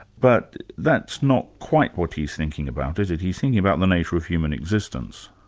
but that's not quite what he's thinking about, is it? he's thinking about the nature of human existence.